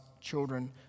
children